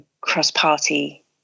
cross-party